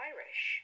Irish